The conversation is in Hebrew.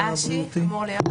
ד"ר אשר שלמון.